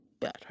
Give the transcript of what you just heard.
better